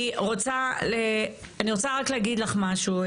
אני רוצה רק להגיד לך משהו,